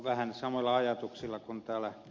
vähän samoilla ajatuksilla kuin ed